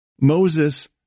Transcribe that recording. Moses